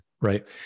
Right